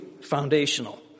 foundational